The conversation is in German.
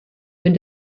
wenn